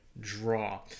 draw